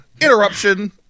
interruption